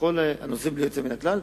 בכל הנושאים בלי יוצא מן הכלל,